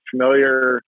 familiar